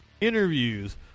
interviews